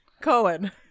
Cohen